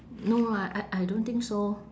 no lah I I don't think so